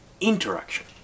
interaction